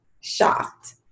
shocked